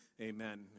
Amen